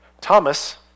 Thomas